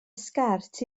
sgert